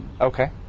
Okay